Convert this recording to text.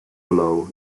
below